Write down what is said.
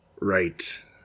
Right